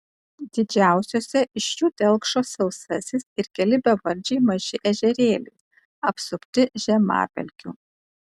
didžiausiose iš jų telkšo sausasis ir keli bevardžiai maži ežerėliai apsupti žemapelkių